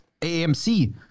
AMC